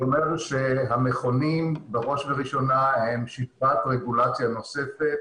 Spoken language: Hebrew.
המכונים הם שכבת רגולציה נוספת